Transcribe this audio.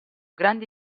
grandi